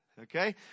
Okay